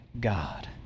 God